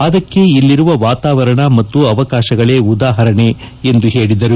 ಅದಕ್ಕೆ ಇಲ್ಲಿರುವ ವಾತಾವರಣ ಮತ್ತು ಅವಕಾಶಗಳೇ ಉದಾಹರಣೆ ಎಂದು ಹೇಳದರು